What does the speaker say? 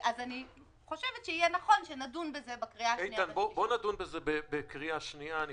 אני חושבת שיהיה נכון שנדון בזה בהכנה לקריאה השנייה והשלישית.